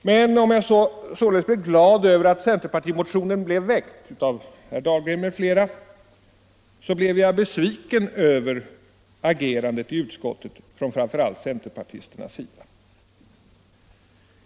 Men om jag således blev glad över att centerpartimotionen av herr Dahlgren m.fl. väcktes, blev jag besviken över agerandet i utskottet från framför allt centerpartisternas sida.